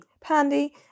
Pandy